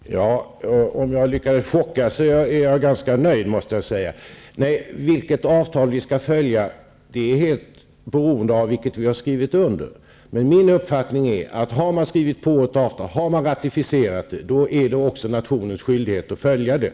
Fru talman! Om jag lyckades chocka är jag ganska nöjd, måste jag säga. Vilket avtal som vi skall följa är helt beroende av vilket avtal som vi har skrivit under, men min uppfattning är den att har man ratificerat ett avtal, är det också nationens skyldighet att följa det.